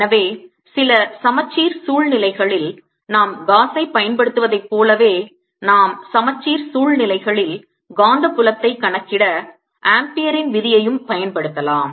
எனவே சில சமச்சீர் சூழ்நிலைகளில் நாம் காஸைப் பயன்படுத்துவதைப் போலவே நாம் சமச்சீர் சூழ்நிலைகளில் காந்தப்புலத்தை கணக்கிட ஆம்பியரின் விதியையும் பயன்படுத்தலாம்